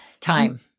time